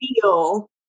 feel